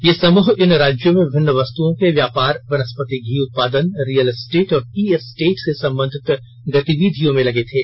ये समूह इन राज्यों में विभिन्न वस्तुओं के व्यापार वनस्पति घी उत्पादन रियल एस्टेट और टी एस्टेट से संबंधित गतिविधियों में लगे थे